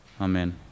Amen